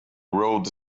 road